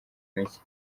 mike